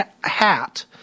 hat